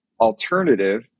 alternative